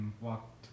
walked